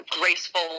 graceful